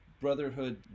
Brotherhood